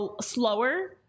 slower